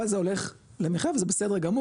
אבל זה הולך למחייה וזה בסדר גמור,